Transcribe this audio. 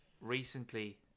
recently